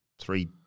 three